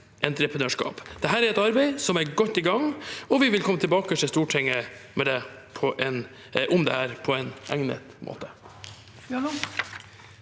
3411 nørskap. Dette er et arbeid som er godt i gang, og vi vil komme tilbake til Stortinget om det på en egnet måte.